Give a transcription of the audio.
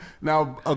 now